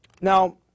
Now